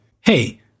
hey